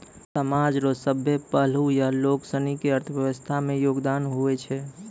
समाज रो सभ्भे पहलू या लोगसनी के अर्थव्यवस्था मे योगदान हुवै छै